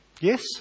Yes